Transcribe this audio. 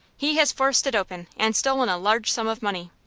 he has forced it open, and stolen a large sum of money.